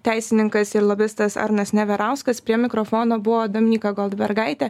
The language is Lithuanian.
teisininkas ir lobistas arnas neverauskas prie mikrofono buvo dominyka goldbergaitė